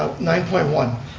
nine point one.